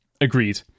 agreed